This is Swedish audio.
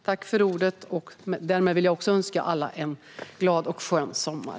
Jag vill önska alla en glad och skön sommar.